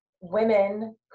women